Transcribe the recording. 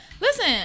listen